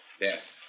Yes